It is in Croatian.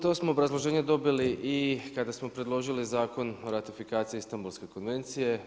To smo obrazloženje dobili i kada smo predložili Zakon o ratifikaciji Istambulske konvencije.